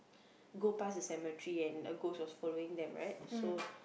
go past a cemetery and a ghost was following them right so